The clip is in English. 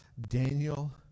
Daniel